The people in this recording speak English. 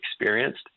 experienced